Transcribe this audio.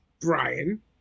Brian